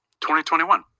2021